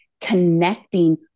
connecting